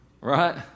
Right